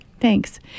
Thanks